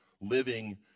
living